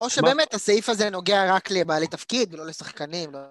או שבאמת הסעיף הזה נוגע רק לבעלי תפקיד ולא לשחקנים.